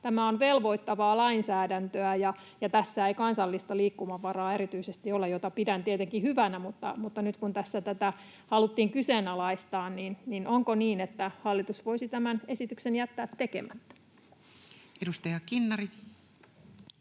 tämä on velvoittavaa lainsäädäntöä ja tässä ei erityisesti ole kansallista liikkumavaraa, mitä pidän tietenkin hyvänä? Mutta nyt kun tässä tätä haluttiin kyseenalaistaa, niin onko niin, että hallitus voisi tämän esityksen jättää tekemättä? [Speech 68]